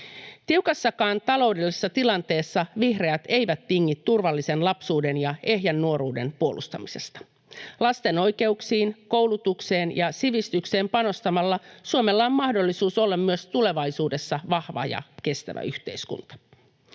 Tiukassakaan taloudellisessa tilanteessa vihreät eivät tingi turvallisen lapsuuden ja ehjän nuoruuden puolustamisesta. Lasten oikeuksiin, koulutukseen ja sivistykseen panostamalla Suomella on mahdollisuus olla myös tulevaisuudessa vahva ja kestävä yhteiskunta.